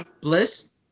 Bliss